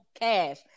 cash